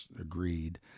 agreed